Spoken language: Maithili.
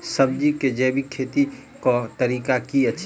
सब्जी केँ जैविक खेती कऽ तरीका की अछि?